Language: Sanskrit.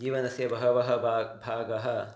जीवनस्य बहवः भागः भागः